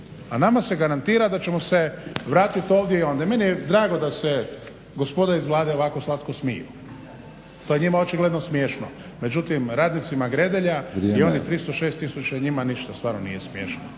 A nama se garantira da ćemo se vratiti ovdje i ondje. Meni je drago da se gospoda iz Vlade ovako slatko smiju. To je njima očigledno smiješno, međutim radnicima Gredelja i onih 306 tisuća njima ništa stvarno nije smiješno.